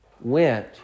went